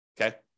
okay